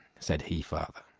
said he farther,